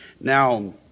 Now